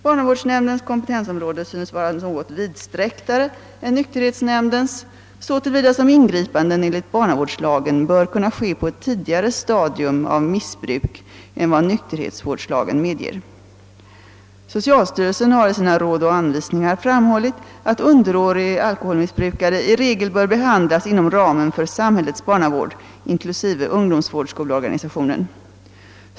Barnavårdsnämndens kompetensområde synes vara något vidsträcktare än nykterhetsnämndens, så till vida som ingripanden enligt barnavårdslagen bör kunna ske på ett tidigare stadium av »missbruk» än vad nykterhetsvårdslagen medger. Socialstyrelsen har i sina Råd och anvisningar framhållit, att underårig alkoholmissbrukare i regel bör behandlas inom ramen för samhällets barnavård, inklusive ungdomsvårdsskoleorganisationen.